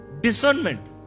discernment